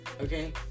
okay